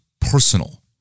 personal